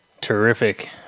Terrific